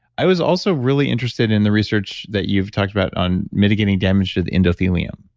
i was also really interested in the research that you've talked about on mitigating damage to the endothelium.